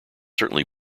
certainly